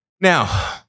Now